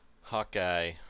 Hawkeye